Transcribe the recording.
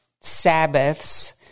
Sabbaths